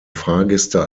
fahrgäste